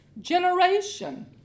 generation